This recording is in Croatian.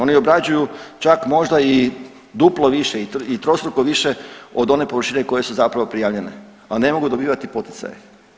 Oni obrađuju čak možda i duplo više i trostruko više od one površine koje su zapravo prijavljene, a ne mogu dobivati poticaje.